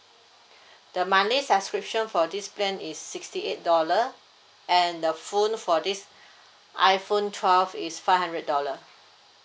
the monthly subscription for this plan is sixty eight dollars and the phone for this iphone twelve is five hundred dollar